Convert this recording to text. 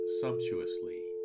sumptuously